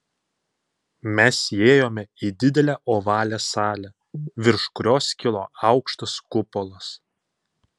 mes įėjome į didelę ovalią salę virš kurios kilo aukštas kupolas